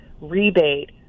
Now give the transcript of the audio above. rebate